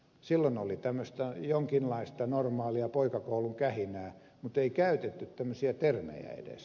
silloin oli tämmöistä jonkinlaista normaalia poikakoulun kähinää mutta ei käytetty tämmöisiä termejä edes